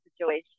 situation